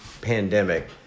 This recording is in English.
pandemic